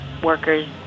workers